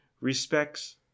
respects